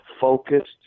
focused